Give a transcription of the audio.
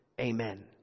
Amen